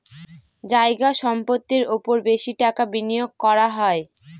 জায়গা সম্পত্তির ওপর বেশি টাকা বিনিয়োগ করা হয়